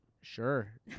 sure